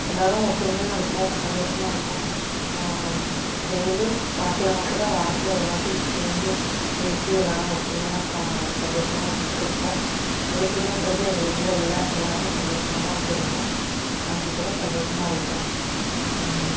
எல்லாேரும் ஒற்றுமையாக இருக்கோம் சந்தோஷமாக இருக்கோம் டெய்லி பார்க்கலனாக்கூட வாரத்தில் ஒருவாட்டி சேர்ந்து பேசி எல்லாேரும் ஒற்றுமையாக சா சந்தோஷமாக இரு இருப்போம் வேற்றுமைன்றதே எங்கள் இதில் இல்லை எல்லாேரும் சந்தோஷமாகதான் இருந்திருக்கோம் அஞ்சுப் பேரும் சந்தோஷமாக இருக்கோம்